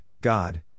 God